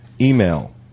email